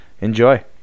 enjoy